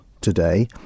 today